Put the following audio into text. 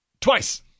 Twice